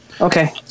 Okay